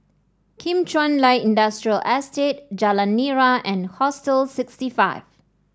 Kim Chuan Light Industrial Estate Jalan Nira and Hostel sixty five